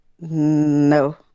No